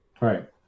Right